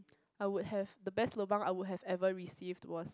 I would have the best lobang I would have received was